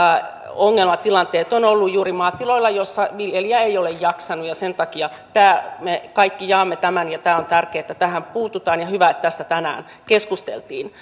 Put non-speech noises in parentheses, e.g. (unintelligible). ongelmatilanteet ovat olleet juuri maatiloilla joissa viljelijä ei ole jaksanut sen takia me kaikki jaamme tämän ja on tärkeää että tähän puututaan ja hyvä että tästä tänään keskusteltiin (unintelligible)